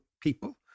people